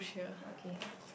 okay